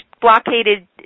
blockaded